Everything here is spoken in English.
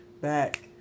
back